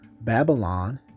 Babylon